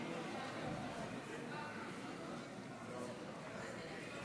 חברי הכנסת, הרי תוצאת